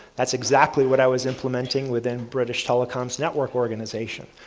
that's exactly what i was implementing within british telecoms network organization.